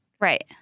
Right